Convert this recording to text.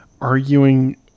arguing